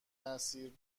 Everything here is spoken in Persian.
مسیر